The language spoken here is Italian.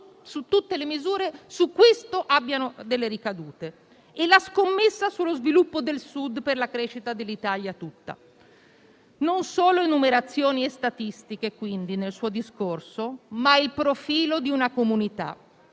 tutte le misure abbiano delle ricadute su questo, e la scommessa sullo sviluppo del Sud per la crescita dell'Italia tutta. Non ci sono solo enumerazioni e statistiche nel suo discorso, ma il profilo di una comunità.